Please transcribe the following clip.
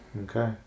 Okay